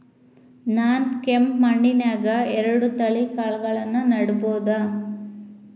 ನಾನ್ ಕೆಂಪ್ ಮಣ್ಣನ್ಯಾಗ್ ಎರಡ್ ತಳಿ ಕಾಳ್ಗಳನ್ನು ನೆಡಬೋದ?